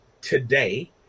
today